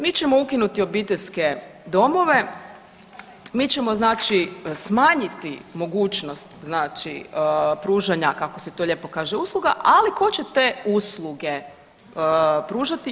Mi ćemo ukinuti obiteljske domove, mi ćemo znači smanjiti mogućnost znači pružanja, kako se to lijepo kaže, ali tko će te usluge pružati?